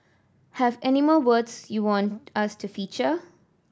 have any more words you want us to feature